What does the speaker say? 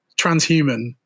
transhuman